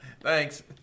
Thanks